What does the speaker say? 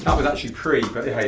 um was actually pri but hey,